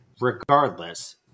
regardless